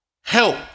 help